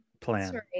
plan